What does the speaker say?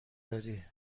داری